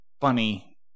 funny